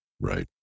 Right